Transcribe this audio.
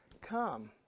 Come